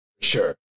Sure